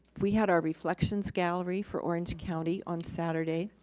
we had our reflections gallery for orange county on saturday.